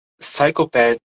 psychopath